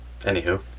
Anywho